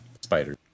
spider